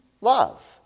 love